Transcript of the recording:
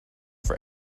for